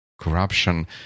corruption